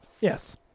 Yes